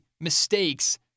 mistakes